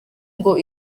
ngo